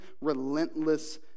relentless